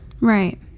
Right